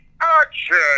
action